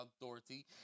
Dorothy